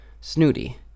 snooty